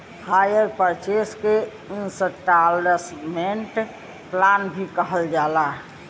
hire purchase के instalment plan भी कहल जाला